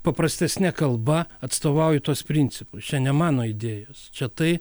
paprastesne kalba atstovauju tuos principus čia ne mano idėjos čia tai